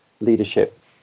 leadership